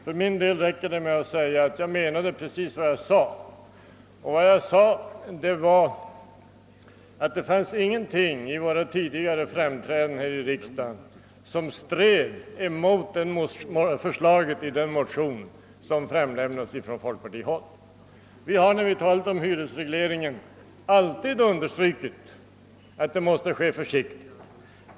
För mig räcker det att säga att jag menade precis vad jag sade, och det var att det inte fanns någonting i våra tidigare framträdanden här i riksdagen som stred mot förslaget i den motion som framlämnades från folkpartihåll. När vi har talat om hyresregleringen har vi alltid understrukit att avvecklingen måste ske försiktigt.